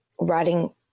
writing